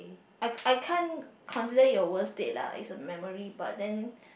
I I can't consider it a worst date lah it's a memory but then